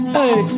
hey